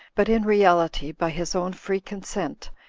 but in reality by his own free consent,